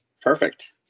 perfect